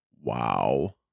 Wow